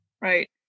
right